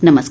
नमस्कार